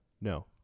No